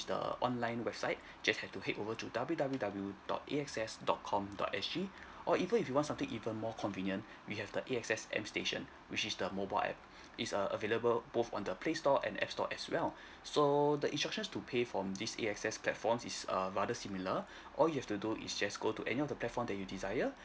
the online website just have to head over to W_W_W dot A_X_S dot com dot S_G or even if you want something even more convenient we have the A_X_S M station which is the mobile app is err available both on the play store and app store as well so the instruction to pay from this A_X_S platforms is err rather similar all you have to do is just go to any of the platform that you desire